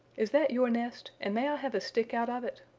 is that your nest and may i have a stick out of it?